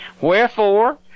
Wherefore